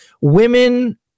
women